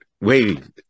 wait